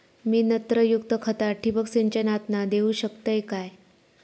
मी नत्रयुक्त खता ठिबक सिंचनातना देऊ शकतय काय?